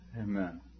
Amen